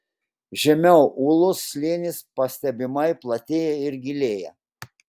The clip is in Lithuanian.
žemiau ūlos slėnis pastebimai platėja ir gilėja